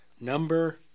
number